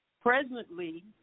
Presently